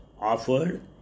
offered